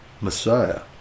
messiah